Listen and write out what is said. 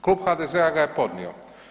Klub HDZ-a ga je podnio.